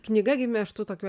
knyga gimė iš tų tokių